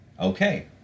Okay